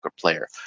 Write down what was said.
player